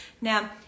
Now